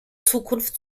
zukunft